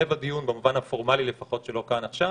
זה לב הדיון לפחות במובן הפורמלי שלו כאן עכשיו.